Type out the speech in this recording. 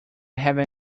having